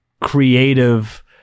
creative